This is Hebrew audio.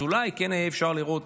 אז אולי כן היה אפשר לראות